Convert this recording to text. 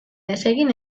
desegin